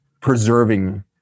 preserving